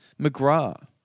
McGrath